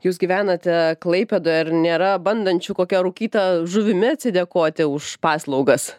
jūs gyvenate klaipėdoje ar nėra bandančių kokia rūkyta žuvimi atsidėkoti už paslaugas